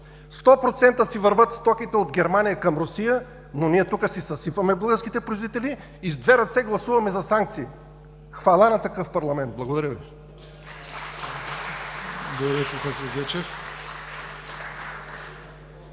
100 % си вървят стоките от Германия към Русия, но тук ние си съсипваме българските производители и с две ръце гласуваме за санкции. Хвала на такъв парламент! Благодаря Ви.